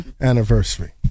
anniversary